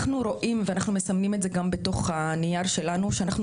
אנחנו רואים ואנחנו מסמנים את זה גם בתוך הנייר שלנו שאנחנו